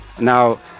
Now